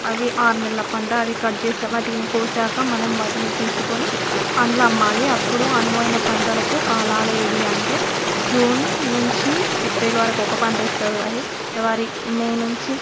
అవి ఆరు నెలల పంట అవి కట్ చేస్తే వాటిని కోసాక మనం వాటిని తీసుకొని పండ్లు అమ్మాలి అప్పుడు అనువైన పంటలకు కాలాలేవి అంటే జూన్ నుంచి ఏప్రిల్ వరకు ఒక పంటేస్తారు అది ఎవరి మే నుంచి